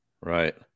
Right